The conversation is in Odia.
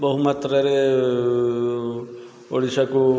ବହୁ ମାତ୍ରାରେ ଓଡ଼ିଶାକୁ